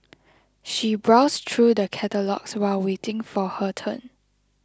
she browsed through the catalogues while waiting for her turn